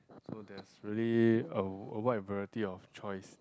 so there's really a a wide variety of choice